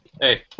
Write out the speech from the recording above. hey